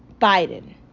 Biden